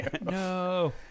no